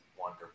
wonder